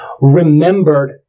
remembered